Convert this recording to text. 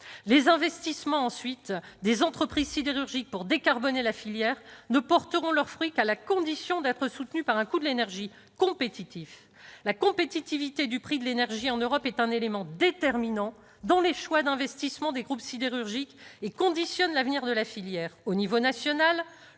les investissements des entreprises sidérurgiques pour décarboner la filière ne porteront leurs fruits qu'à la condition d'être soutenus par un coût de l'énergie compétitif. La compétitivité du prix de l'énergie en Europe est un élément déterminant dans les choix d'investissement des groupes sidérurgiques et conditionne l'avenir de la filière. À l'échelon national,